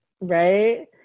right